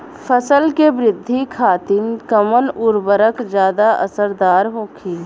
फसल के वृद्धि खातिन कवन उर्वरक ज्यादा असरदार होखि?